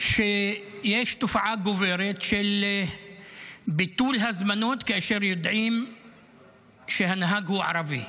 על כך שיש תופעה גוברת של ביטול הזמנות כאשר יודעים שהנהג הוא ערבי,